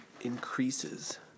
increases